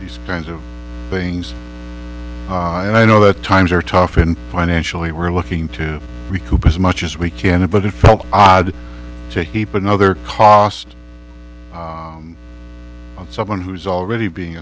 these kinds of things and i know that times are tough and financially we're looking to recoup as much as we can but it felt odd to keep another cost someone who is already being